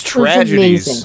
tragedies